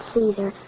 Caesar